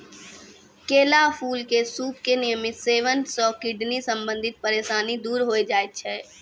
केला फूल के सूप के नियमित सेवन सॅ किडनी संबंधित परेशानी दूर होय जाय छै